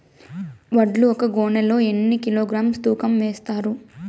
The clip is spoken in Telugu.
వడ్లు ఒక గోనె లో ఎన్ని కిలోగ్రామ్స్ తూకం వేస్తారు?